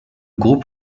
groupe